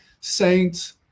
saints